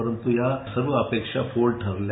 परंत्र या सर्व अपेक्षा फोल ठरल्या